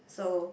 so